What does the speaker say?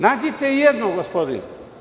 Nađite jedno, gospodine.